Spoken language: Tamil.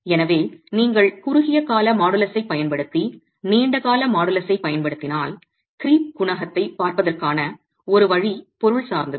எனவே நீங்கள் குறுகிய கால மாடுலஸைப் பயன்படுத்தி நீண்ட கால மாடுலஸைப் பயன்படுத்தினால் க்ரீப் குணகத்தைப் பார்ப்பதற்கான ஒரு வழி பொருள் சார்ந்தது